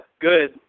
good